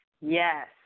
Yes